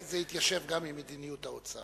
כי זה התיישב גם עם מדיניות האוצר.